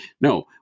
No